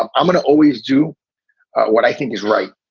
i'm going to always do what i think is right.